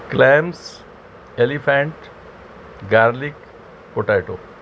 clamps elephant garlic potato